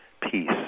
peace